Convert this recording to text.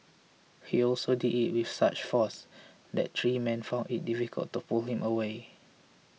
he also did it with such force that three men found it difficult to pull him away